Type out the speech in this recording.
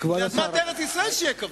לאדמת ארץ-ישראל שיהיה כבוד.